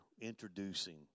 introducing